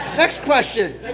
next question!